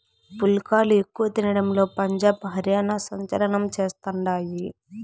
పుల్కాలు ఎక్కువ తినడంలో పంజాబ్, హర్యానా సంచలనం చేస్తండాయి